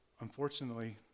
unfortunately